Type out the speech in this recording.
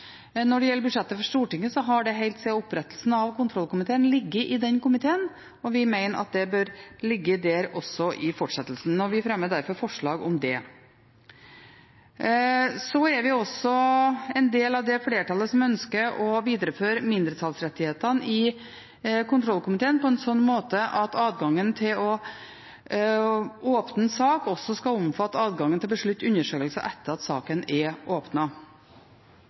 Når det gjelder budsjettet for Stortinget, har det helt siden opprettelsen av kontrollkomiteen ligget i den komiteen. Vi mener at det bør ligge der også i fortsettelsen, og vi fremmer derfor forslag om det. Så er vi en del av det flertallet som ønsker å videreføre mindretallsrettighetene i kontrollkomiteen på en slik måte at adgangen til å åpne sak skal omfatte adgangen til å beslutte undersøkelser etter at saken er